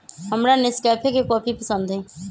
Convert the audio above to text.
हमरा नेस्कैफे के कॉफी पसंद हई